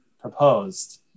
proposed